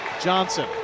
Johnson